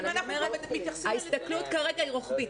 אבל אם אנחנו כבר מתייחסים --- ההסתכלות כרגע היא רוחבית.